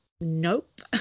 Nope